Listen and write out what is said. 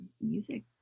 music